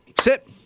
sit